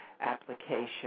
application